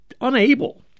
unable